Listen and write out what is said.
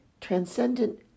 transcendent